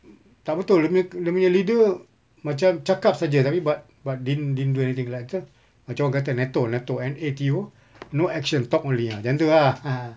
tak betul dia punya dia punya leader macam cakap sahaja tapi but but didn't do anything pula tu macam orang kata NATO NATO N A T O no action talk only ah macam itu ah